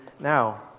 now